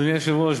אדוני היושב-ראש,